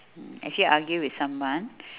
have you argue with someone